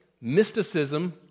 mysticism